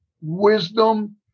wisdom